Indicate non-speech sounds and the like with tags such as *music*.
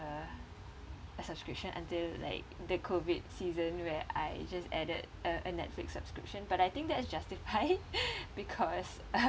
a a subscription until like the COVID season where I just added a a netflix subscription but I think that's justified *laughs* because uh